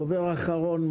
דרך אגב,